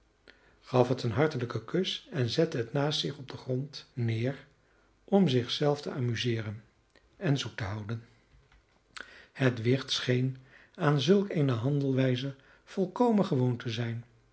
gaf het een hartelijken kus en zette het naast zich op den grond neer om zich zelf te amuseeren en zoet te houden het wicht scheen aan zulk eene handelwijze volkomen gewoon te zijn